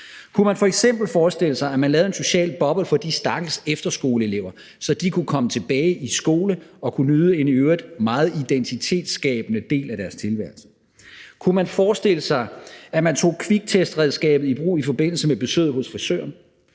Kunne man f.eks. forestille sig, at man lavede en social boble for de stakkels efterskoleelever, så de kunne komme tilbage i skole og kunne nyde en i øvrigt meget identitetsskabende del af deres tilværelse? Kunne man forestille sig, at man tog kviktestredskabet i brug i forbindelse med besøget hos frisøren?